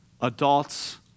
Adults